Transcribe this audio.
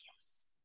Yes